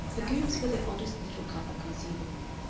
the goopes were the oddest little couple conceivable,